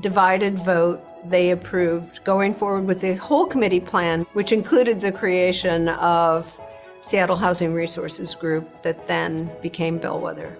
divided vote, they approved going forward with the whole committee plan, which included the creation of seattle housing resources group that then became bellwether.